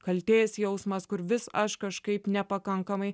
kaltės jausmas kur vis aš kažkaip nepakankamai